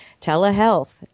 telehealth